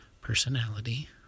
personality